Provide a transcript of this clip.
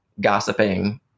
gossiping